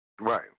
Right